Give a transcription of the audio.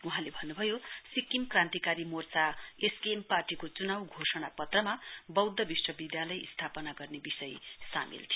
वहाँले भन्नुभयो सिक्किम क्रान्तिकारी मोर्चा एसकेएम पार्टीको चुनाउ घोषणा पत्रमा वौध्द विश्वविधालय स्थापना गर्ने विषय सामेल थियो